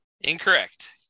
Incorrect